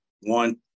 one